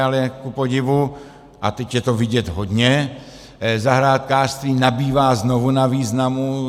Ale kupodivu, a teď je to vidět hodně, zahrádkářství nabývá znovu na významu.